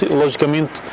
logicamente